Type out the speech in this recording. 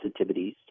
sensitivities